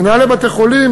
מנהלי בתי-חולים,